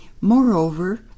Moreover